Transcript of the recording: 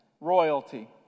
Royalty